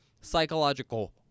psychological